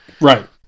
Right